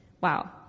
wow